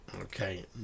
Okay